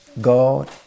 God